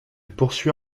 poursuit